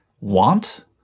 want